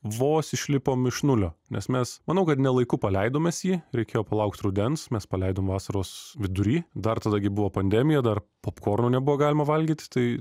vos išlipom iš nulio nes mes manau kad ne laiku paleidom mes jį reikėjo palaukt rudens mes paleidom vasaros vidury dar tada gi buvo pandemija dar popkorno nebuvo galima valgyti tai